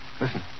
Listen